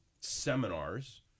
seminars